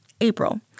April